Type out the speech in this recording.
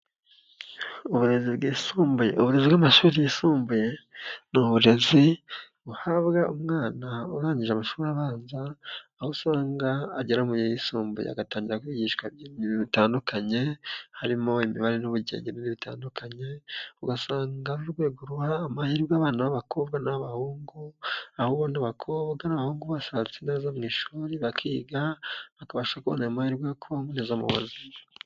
Uburezi bwisumbuye, uburezi bw'amashuri yisumbuye ni uburezi buhabwa umwana urangije amashuri abanza aho usanga agera mu yisumbuye agatangira kwigishwa bitandukanye harimo imibare n'ubugenge bitandukanye, ugasanga urwego ruha amahirwe abana b'abakobwa n'abahungu ahubwo n'abakobwa n'abahungu bashatse neza mu ishuri bakiga bakabasha kubona ayo mahirwe yo kubaho neza mu buzima.